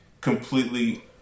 completely